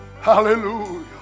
Hallelujah